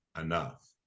enough